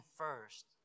first